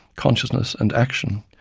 consciousness and action,